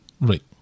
Right